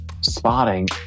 spotting